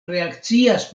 reakcias